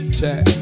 check